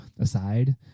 aside